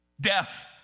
death